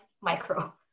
micro